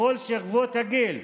בכל שכבות הגיל,